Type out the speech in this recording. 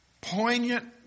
poignant